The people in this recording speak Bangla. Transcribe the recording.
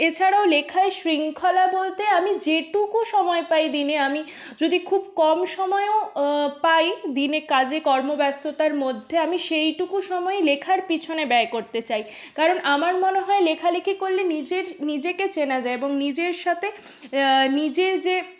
এছাড়াও লেখায় শৃঙ্খলা বলতে আমি যেটুকু সময় পাই দিনে আমি যদি খুব কম সময়ও পাই দিনে কাজে কর্মব্যস্ততার মধ্যে আমি সেইটুকু সময় লেখার পিছনে ব্যয় করতে চাই কারণ আমার মনে হয় লেখালেখি করলে নিজের নিজেকে চেনা যায় এবং নিজের সাথে নিজের যে